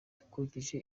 dukurikije